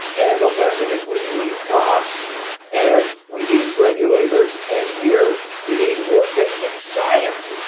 and the lesson is we cops and we need regulators. and here we need more basic science.